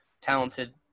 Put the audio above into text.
talented